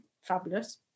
Fabulous